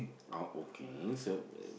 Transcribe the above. oh okay so uh